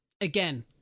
again